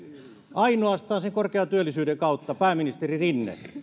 ainoastaan sen korkean työllisyyden kautta pääministeri rinne